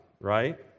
right